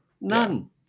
none